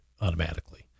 automatically